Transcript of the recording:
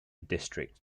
district